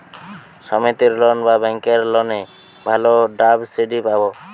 সমিতির লোন না ব্যাঙ্কের লোনে ভালো সাবসিডি পাব?